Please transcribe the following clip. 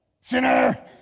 Sinner